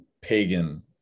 pagan